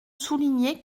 souligner